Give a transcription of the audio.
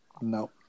No